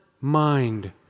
mind